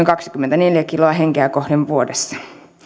kaksikymmentäneljä kiloa henkeä kohden vuodessa